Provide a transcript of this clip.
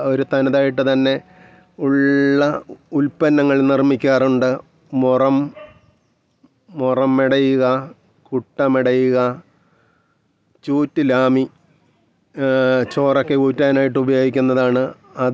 തോന്നുമായിരുന്നു നമ്മൾ വെറുതെയൊരു പിക്ച്ചർ വരയ്ക്കുന്നതിനെക്കഴിഞ്ഞും അങ്ങനെ നമ്മളിപ്പം വെറുതേയൊരു ചിത്രം വരച്ചാൽത്തന്നെ നമ്മളൊരു വര വരച്ചാൽത്തന്നെയും അതിലും എന്തെങ്കിലും ഒക്കെ മീനിങ്ങുണ്ട് മീനിങ്ങുള്ളതാണ് നമ്മളൊരു വര വരച്ചാൽത്തന്നെയും എന്തെങ്കിലും ഒക്കെ മീനിങ്ങുള്ളതാണ്